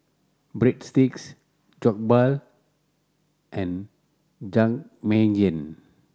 Breadsticks Jokbal and Jajangmyeon